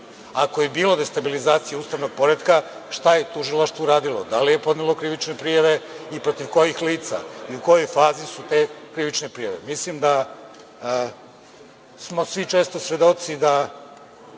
Ako je bilo destabilizacije ustavnog poretka, šta je tužilaštvo uradilo, da li je podnelo krivične prijave i protiv kojih lica i u kojoj fazi su te krivične prijave? Mislim da, smo svi često svedoci da